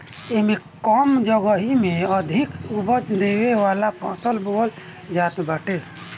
एमे कम जगही में अधिका उपज देवे वाला फसल बोअल जात बाटे